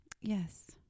yes